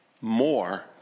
more